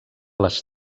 les